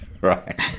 Right